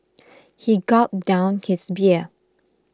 he gulped down his beer